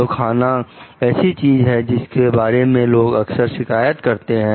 तो खाना ऐसी चीज है जिसके बारे में लोग अक्सर शिकायत करते हैं